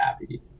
happy